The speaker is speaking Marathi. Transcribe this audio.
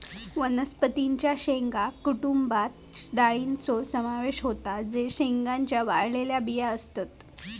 वनस्पतीं च्या शेंगा कुटुंबात डाळींचो समावेश होता जे शेंगांच्या वाळलेल्या बिया असतत